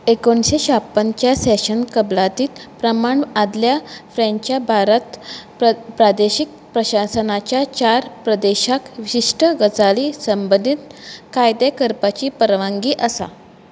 एकोणशे शाप्पनच्या सेशन कबलाती प्रमाण आदल्या फ्रँच भारत प्रादेशीक प्रशासनाच्या चार प्रदेशांक विशिश्ट गजाली संबंदीं कायदे करपाची परवानगी आसा